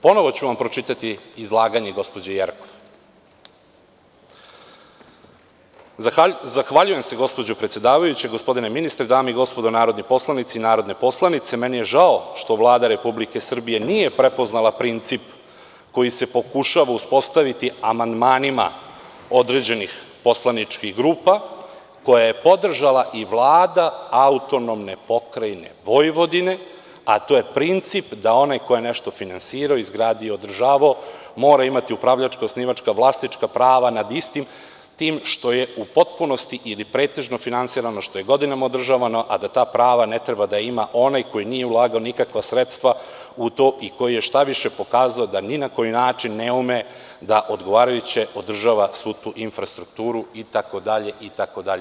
Ponovo ću vam pročitati izlaganje gospođe Jerkov: „Zahvaljujem se, gospođo predsedavajuća, gospodine ministre, dame i gospodo narodni poslanici i narodne poslanice, meni je žao što Vlada Republike Srbije nije prepoznala princip koji se pokušava uspostaviti amandmanima određenih poslaničkih grupa koje je podržala i Vlada AP Vojvodine, a to je princip da onaj ko je nešto finansirao, izgradio i održavao mora imati upravljačka, osnivačka, vlasnička prava nad istim tim što je u potpunosti ili pretežno finansirano, što je godinama održavano, a da ta prava ne treba da ima onaj koji nije ulagao nikakva sredstva u to i koji je, šta više, pokazao da ni na koji način ne ume da odgovarajuće održava svu tu infrastrukturu“, itd, itd.